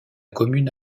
commune